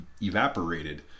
evaporated